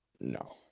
no